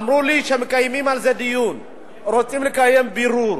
אמרו לי שמקיימים על זה דיון, רוצים לקיים בירור.